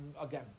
again